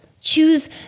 Choose